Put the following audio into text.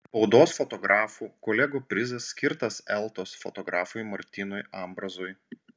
spaudos fotografų kolegų prizas skirtas eltos fotografui martynui ambrazui